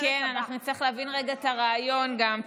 כן, אנחנו נצטרך להבין רגע את הרעיון גם.